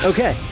Okay